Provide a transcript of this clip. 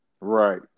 Right